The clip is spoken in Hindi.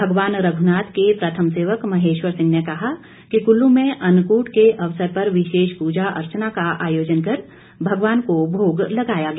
भगवान रघुनाथ के प्रथम सेवक महेश्वर सिंह ने कहा कि कुल्लू में अन्नकूट के अवसर पर विशेष पूजा अर्चना का आयोजन कर भगवान को भोग लगाया गया